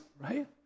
right